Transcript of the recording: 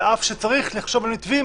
על אף שצריך לחשוב על מתווים